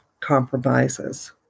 compromises